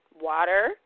water